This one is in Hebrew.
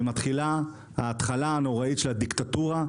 ומתחילה ההתחלה הנוראית של הדיקטטורה.